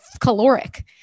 caloric